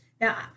Now